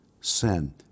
sin